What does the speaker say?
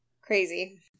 Crazy